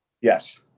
Yes